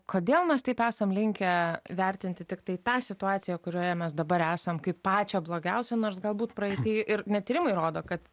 kodėl mes taip esam linkę vertinti tiktai tą situaciją kurioje mes dabar esam kaip pačia blogiausia nors galbūt praeityje ir net tyrimai rodo kad